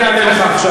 אני אענה לך עכשיו.